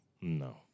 No